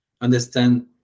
understand